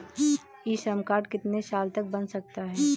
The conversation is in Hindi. ई श्रम कार्ड कितने साल तक बन सकता है?